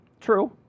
True